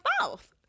mouth